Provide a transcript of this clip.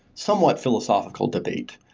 somewhat philosophical debate.